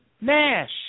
Nash